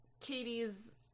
Katie's